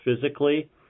physically